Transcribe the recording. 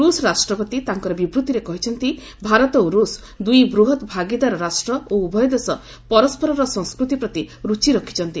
ରୁଷ୍ ରାଷ୍ଟ୍ରପତି ତାଙ୍କର ବିବୃଭିରେ କହିଛନ୍ତି ଭାରତ ଓ ରୁଷ୍ ଦୁଇ ବୃହତ୍ ଭାଗିଦାର ରାଷ୍ଟ୍ର ଓ ଉଭୟ ଦେଶ ପରସ୍କରର ସଂସ୍କୃତି ପ୍ରତି ରୁଚି ରଖିଛନ୍ତି